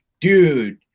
dude